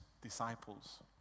disciples